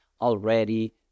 already